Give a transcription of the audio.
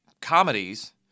comedies